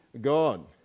God